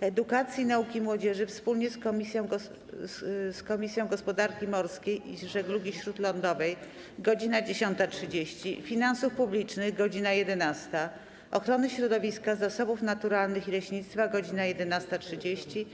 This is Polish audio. Edukacji, Nauki i Młodzieży wspólnie z Komisją Gospodarki Morskiej i Żeglugi Śródlądowej - godz. 10.30, - Finansów Publicznych - godz. 11, - Ochrony Środowiska, Zasobów Naturalnych i Leśnictwa - godz. 11.30,